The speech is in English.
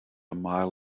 mile